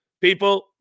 People